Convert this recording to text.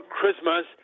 Christmas